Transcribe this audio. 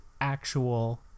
actual